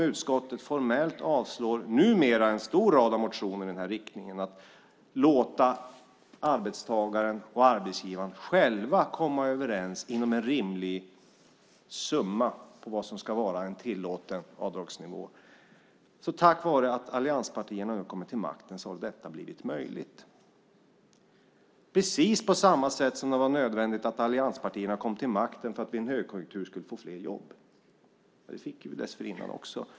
Utskottet avstyrker formellt en lång rad motioner i den här riktningen, om att låta arbetstagaren och arbetsgivaren själva komma överens om en rimlig summa för vad som ska vara en tillåten avdragsnivå, men tack vare att allianspartierna kom till makten har detta blivit möjligt. Precis på samma sätt var det nödvändigt att allianspartierna kom till makten för att vi i en högkonjunktur skulle få fler jobb.